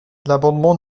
l’amendement